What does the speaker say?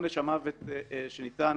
עונש המוות שניתן